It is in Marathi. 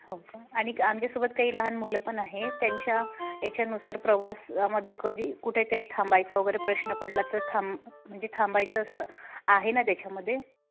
हो का आणि आमच्यासोबत काही लहान मुलं पण आहे त्यांच्या याच्यानुसार प्रवासामध्ये कधी कुठे ते थांबायचा वगैरे प्रश्न पडला तर थांब म्हणजे थांबायचं असं आहे ना त्याच्यामध्ये